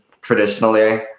traditionally